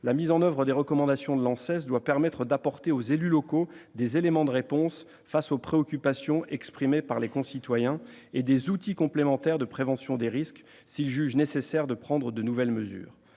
la mise en oeuvre des recommandations de l'ANSES doit permettre d'apporter aux élus locaux des éléments de réponse face aux préoccupations exprimées par les citoyens et des outils complémentaires de prévention des risques, s'ils jugent nécessaire de prendre de nouvelles mesures.